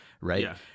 right